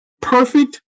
perfect